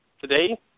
today